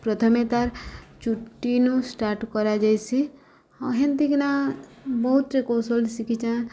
ପ୍ରଥମେ ତାର୍ ଚୁଟିନୁ ଷ୍ଟାର୍ଟ୍ କରାଯାଏସି ହେନ୍ତିକିନା ବହୁତ୍ଟେ କୌଶଳ୍ ଶିଖିଚେଁ